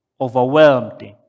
overwhelmed